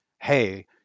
Hey